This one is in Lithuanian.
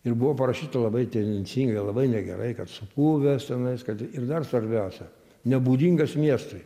ir buvo parašyta labai tendencingai labai negerai kad supuvęs tenais kad ir dar svarbiausia nebūdingas miestui